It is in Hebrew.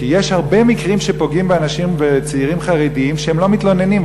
כי יש הרבה מקרים שפוגעים באנשים צעירים חרדים שלא מתלוננים,